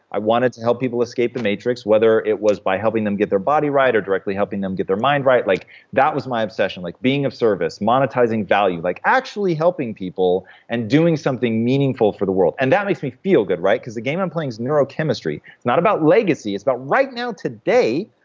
i wanted to help people escape the matrix whether it was by helping them get their body right, or directly helping them get their mind right. like that was my obsession. like being of service, monetizing value like actually helping people and doing something meaningful for the world, and that makes me feel good, right? because the game i'm playing is neurochemistry. it's not about legacy. it's about, right now, today,